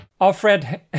Alfred